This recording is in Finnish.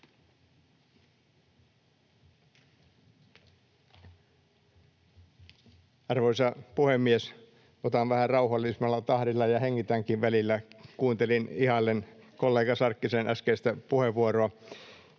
Arvoisa puhemies! Otan vähän rauhallisemmalla tahdilla ja hengitänkin välillä. Kuuntelin ihaillen kollega Sarkkisen äskeistä puheenvuoroa.